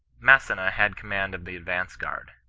masseaa had command of the advance guard.